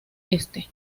este